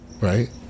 right